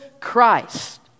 Christ